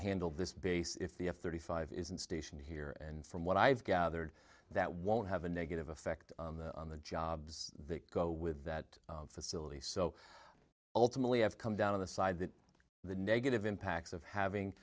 handle this base if the f thirty five isn't stationed here and from what i've gathered that won't have a negative effect on the jobs that go with that facility so ultimately have come down on the side that the negative impacts of having